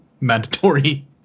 mandatory